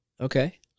Okay